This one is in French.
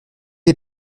est